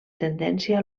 tendència